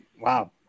wow